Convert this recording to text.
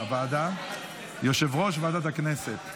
אופיר כץ (יו"ר ועדת הכנסת):